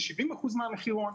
היא 70% מהמחירון?